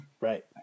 Right